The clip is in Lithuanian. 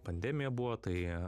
pandemija buvo tai